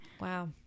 Wow